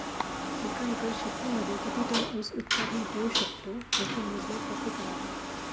एका एकर शेतीमध्ये किती टन ऊस उत्पादन होऊ शकतो? त्याचे मोजमाप कसे करावे?